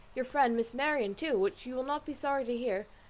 your friend, miss marianne, too which you will not be sorry to hear.